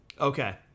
Okay